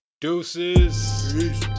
Deuces